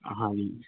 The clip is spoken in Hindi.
हाँ जी